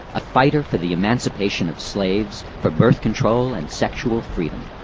a fighter for the emancipation of slaves, for birth control and sexual freedom.